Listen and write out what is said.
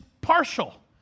partial